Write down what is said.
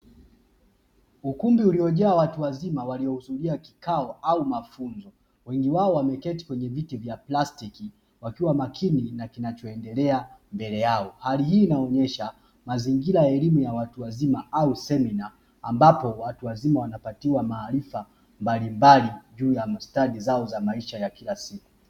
Ukumbi uliojaa watu wazima waliohudhuria kikao au mafunzo wengi wao wameketi kwenye viti vya plastiki wakiwa makini na kinachoendelea mbele yao, hali hii inaonyesha mazingira ya elimu ya watu wazima au semina ambapo watu wazima wanapatiwa maarifa mbalimbali juu ya stadi zao za maisha ya kila siku.